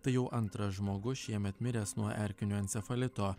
tai jau antras žmogus šiemet miręs nuo erkinio encefalito